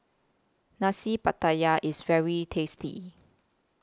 Nasi Pattaya IS very tasty